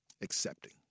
Accepting